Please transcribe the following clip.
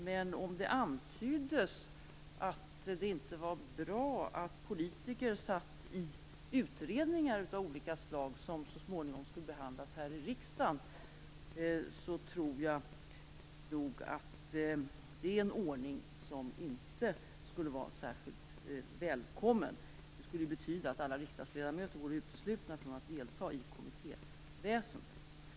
Men om det antyddes att det inte var bra att politiker satt i utredningar av olika slag som så småningom skall behandlas här i riksdagen, tror jag nog att det är en ordning som inte skulle vara särskilt välkommen. Det skulle betyda att alla riksdagsledamöter vore uteslutna från att delta i kommittéväsendet.